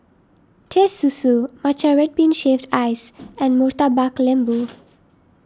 Teh Susu Matcha Red Bean Shaved Ice and Murtabak Lembu